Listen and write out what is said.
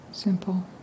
Simple